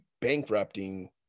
bankrupting